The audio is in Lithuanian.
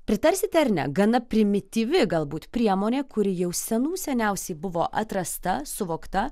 pritarsite ar ne gana primityvi galbūt priemonė kuri jau senų seniausiai buvo atrasta suvokta